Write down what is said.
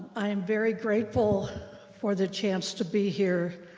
i am very grateful for the chance to be here.